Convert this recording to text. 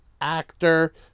actor